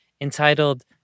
entitled